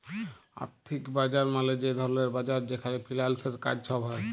আথ্থিক বাজার মালে যে ধরলের বাজার যেখালে ফিল্যালসের কাজ ছব হ্যয়